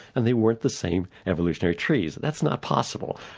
and they weren't the same evolutionary trees. that's not possible.